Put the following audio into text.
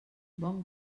bon